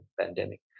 pandemic